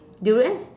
durian